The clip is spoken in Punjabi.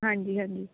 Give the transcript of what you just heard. ਹਾਂਜੀ ਹਾਂਜੀ